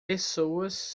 pessoas